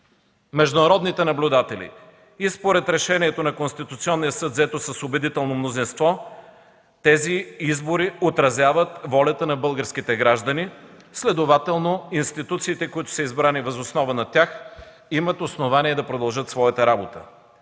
международните наблюдатели, и според решението на Конституционния съд, взето с убедително мнозинство, тези избори отразяват волята на българските граждани, следователно институциите, които са избрани въз основа на тях, имат основание да продължат своята работа.